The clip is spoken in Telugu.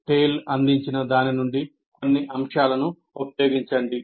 TALE అందించిన దాని నుండి కొన్ని అంశాలను ఉపయోగించండి